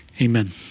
Amen